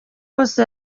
wose